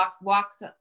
walks